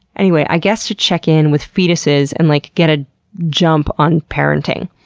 anyway, i guess to check in with fetuses and like get a jump on parenting?